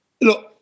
look